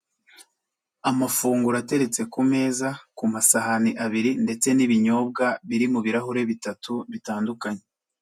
Amafunguro ateretse ku meza, ku masahani abiri ndetse n'ibinyobwa biri mu birahure bitatu bitandukanye.